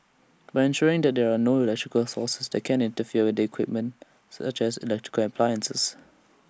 by ensuring that there are no electrical sources that can with the equipment such as electrical appliances